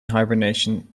hibernation